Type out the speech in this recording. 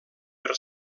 per